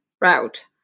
route